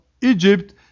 Egypt